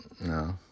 No